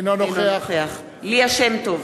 אינו נוכח ליה שמטוב,